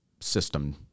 system